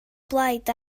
blaid